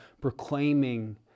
proclaiming